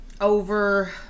over